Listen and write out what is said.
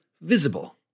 Visible